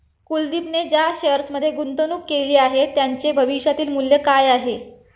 कुलदीपने ज्या शेअर्समध्ये गुंतवणूक केली आहे, त्यांचे भविष्यातील मूल्य काय आहे?